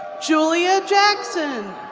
julia jackson.